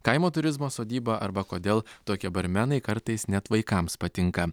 kaimo turizmo sodybą arba kodėl tokie barmenai kartais net vaikams patinka